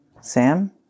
Sam